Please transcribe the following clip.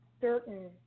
certain